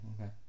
okay